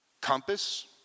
Compass